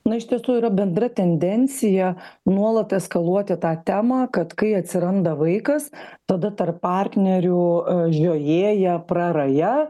na iš tiesų yra bendra tendencija nuolat eskaluoti tą temą kad kai atsiranda vaikas tada tarp partnerių žiojėja praraja